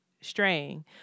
straying